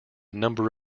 number